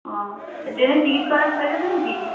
ও টেনের টিকিট করা হয়ে গেছে নাকি